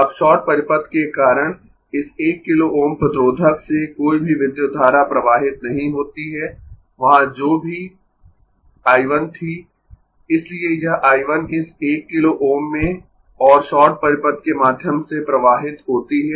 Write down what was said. अब शॉर्ट परिपथ के कारण इस 1 किलो Ω प्रतिरोधक से कोई भी विद्युत धारा प्रवाहित नहीं होती है वहां जो भी I 1 थी इसलिए यह I 1 इस 1 किलो Ω में और शॉर्ट परिपथ के माध्यम से प्रवाहित होती है